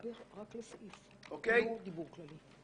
שהדבר תלוי בי, אעשה הכול כדי לסיים היום.